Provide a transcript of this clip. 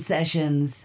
Sessions